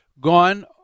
gone